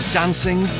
dancing